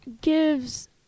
gives